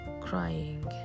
crying